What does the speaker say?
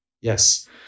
Yes